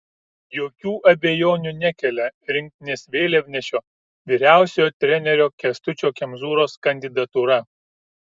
jokių abejonių nekelia rinktinės vėliavnešio vyriausiojo trenerio kęstučio kemzūros kandidatūra